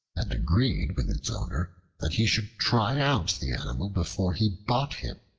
and agreed with its owner that he should try out the animal before he bought him.